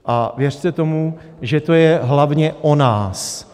A věřte tomu, že to je hlavně o nás.